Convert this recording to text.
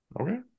Okay